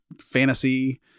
fantasy